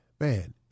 Man